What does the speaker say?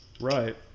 Right